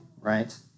right